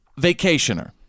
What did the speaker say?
vacationer